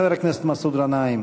חבר הכנסת מסעוד גנאים.